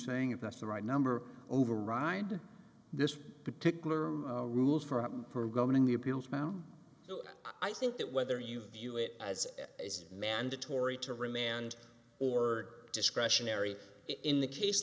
saying if that's the right number override this particular rules for for going the appeals now i think that whether you view it as mandatory to remand or discretionary in the case